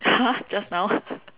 !huh! just now